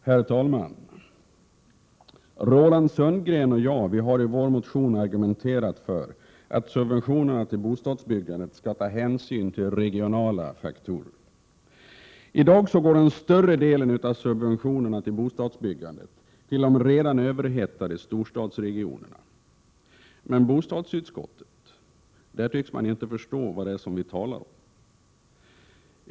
Herr talman! Roland Sundgren och jag har i vår motion argumenterat för att man när det gäller subventionerna till bostadsbyggandet skall ta hänsyn till regionala faktorer. I dag går större delen av subventionerna till bostadsbyggandet i redan överhettade storstadsregioner. Men bostadsutskottet tycks inte förstå vad vi talar om.